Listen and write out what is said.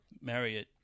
Marriott